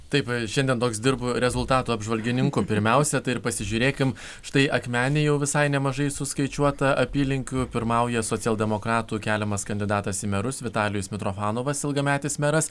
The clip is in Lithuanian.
taip šiandien toks dirbu rezultatų apžvalgininku pirmiausia tai ir pasižiūrėkim štai akmenėje jau visai nemažai suskaičiuota apylinkių pirmauja socialdemokratų keliamas kandidatas į merus vitalijus mitrofanovas ilgametis meras